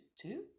Two